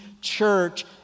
church